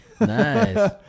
Nice